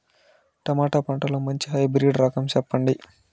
Tomato పంటలో మంచి hybrid రకం చెప్పండి?